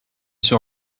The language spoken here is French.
sur